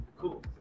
cool